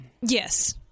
Yes